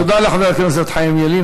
תודה לחבר הכנסת חיים ילין.